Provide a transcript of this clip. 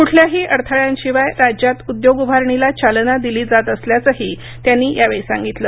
कुठल्याही अडथळ्यांशिवाय राज्यात उद्योग उभारणीला चालना दिली जात असल्याचंही त्यांनी यावेळी सागिंतलं